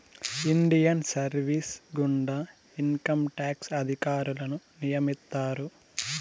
Indian service గుండా income tax అధికారులను నియమిత్తారు